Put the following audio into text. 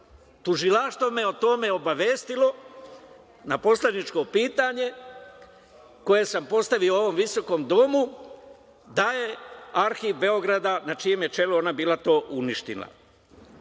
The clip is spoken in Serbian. Tužilaštvo me o tome obavestilo, na poslaničko pitanje koje sam postavio u ovom visokom domu, da je Arhiv Beograda, na čijem je čelu ona bila, to uništila.Za